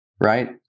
right